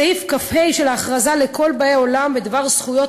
סעיף כ"ה של ההכרזה לכל באי עולם בדבר זכויות